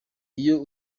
iyo